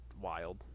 wild